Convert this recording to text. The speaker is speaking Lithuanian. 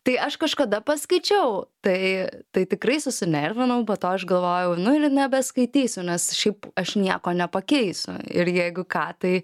tai aš kažkada paskaičiau tai tai tikrai susinervinau po to aš galvojau nu ir nebeskaitysiu nes šiaip aš nieko nepakeisiu ir jeigu ką tai